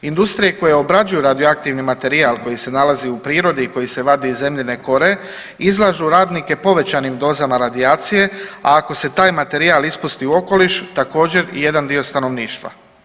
Industrije koje obrađuju radioaktivni materijal koji se nalazi u prirodi i koji se vadi iz zemljine kore izlažu radnike povećanim dozama radijacije, a ako se taj materijal ispusti u okoliš također i jedan dio stanovništva.